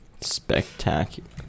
Spectacular